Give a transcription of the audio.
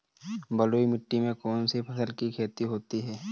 बलुई मिट्टी में कौनसी फसल की खेती होती है?